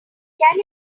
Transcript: can